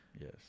Yes